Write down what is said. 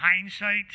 hindsight